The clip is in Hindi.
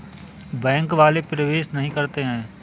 बैंक वाले प्रवेश नहीं करते हैं?